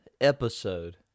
episode